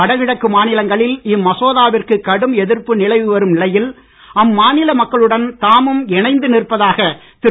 வடகிழக்கு மாநிலங்களில் இம்மசோதாவிற்கு கடும் எதிர்ப்பு நிலவி வரும் நிலையில் அம்மாநில மக்களுடன் தாமும் இணைந்து நிற்பதாக திரு